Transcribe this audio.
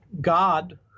God